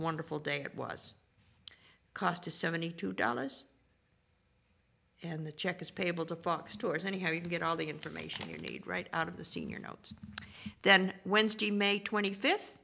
wonderful day it was cost to seventy two dollars and the check is payable to fox stores and how you can get all the information you need right out of the senior notes then wednesday may twenty fifth